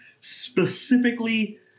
specifically